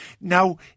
Now